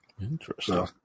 Interesting